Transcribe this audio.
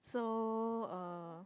so uh